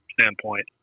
standpoint